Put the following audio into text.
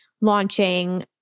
launching